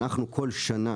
אנחנו כל שנה